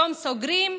יום סוגרים,